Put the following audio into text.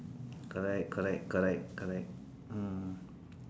correct correct correct mm